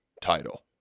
title